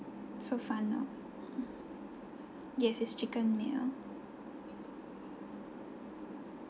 so final yes it's chicken meal